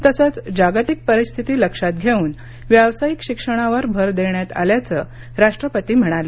तसंच जागतिक परिस्थिती लक्षात घेऊन व्यावसायिक शिक्षणावर भर देण्यात आल्याचं राष्ट्रपती म्हणाले